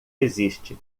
existe